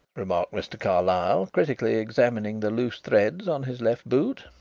remarked mr. carlyle, critically examining the loose threads on his left boot,